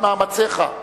את מאמציך,